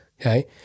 Okay